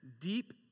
deep